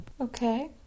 Okay